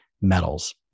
metals